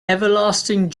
everlasting